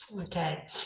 Okay